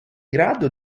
grado